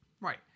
Right